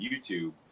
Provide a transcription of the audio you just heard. YouTube